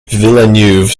villeneuve